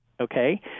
okay